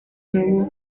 nabo